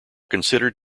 considered